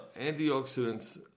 antioxidants